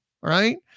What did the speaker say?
right